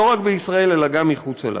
לא רק בישראל אלא גם מחוצה לה.